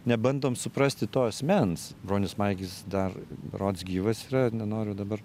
nebandom suprasti to asmens bronius maigis dar rodos gyvas yra nenoriu dabar